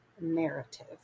narrative